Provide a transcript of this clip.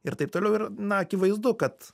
ir taip toliau ir na akivaizdu kad